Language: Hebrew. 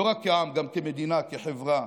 לא רק כעם, גם כמדינה, כחברה.